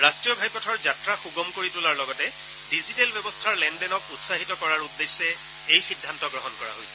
ৰাষ্ট্ৰীয় ঘাইপথৰ যাত্ৰা সুগম কৰি তোলাৰ লগতে ডিজিটেল ব্যৱস্থাৰ লেনদেনক উৎসাহিত কৰাৰ উদ্দেশ্যে এই সিদ্ধান্ত গ্ৰহণ কৰা হৈছে